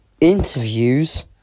Interviews